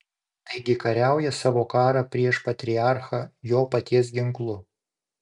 taigi kariauja savo karą prieš patriarchą jo paties ginklu